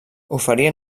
oferia